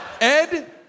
Ed